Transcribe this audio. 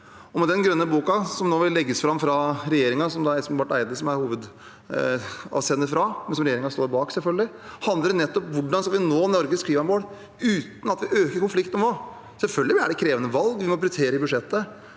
Den grønne boka som nå vil legges fram fra regjeringen, og som Espen Barth Eide er hovedavsender for, men som regjeringen selvfølgelig står bak, handler nettopp om hvordan vi skal nå Norges klimamål uten at vi øker konfliktnivået. Selvfølgelig er det krevende valg, og vi må prioritere i budsjettet,